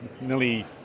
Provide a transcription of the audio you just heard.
nearly